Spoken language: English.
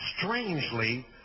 strangely